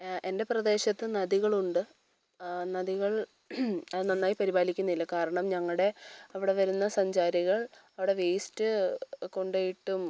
എൻ്റെ പ്രദേശത്ത് നദികളുണ്ട് നദികൾ അത് നന്നായി പരിപാലിക്കുന്നില്ല കാരണം ഞങ്ങളുടെ അവിടെ വരുന്ന സഞ്ചാരികൾ അവിടെ വേസ്റ്റ് കൊണ്ടുപോയിട്ടും